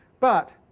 but,